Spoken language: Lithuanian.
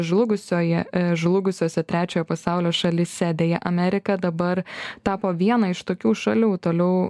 žlugusioje žlugusiose trečiojo pasaulio šalyse deja amerika dabar tapo viena iš tokių šalių toliau